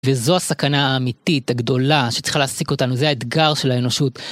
וזו הסכנה האמיתית הגדולה שצריכה להעסיק אותנו, זה האתגר של האנושות.